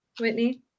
Whitney